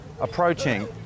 approaching